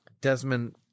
Desmond